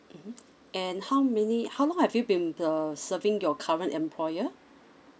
mmhmm and how many how long have you been uh serving your current employer